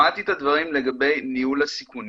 שמעתי את הדברים לגבי ניהול הסיכונים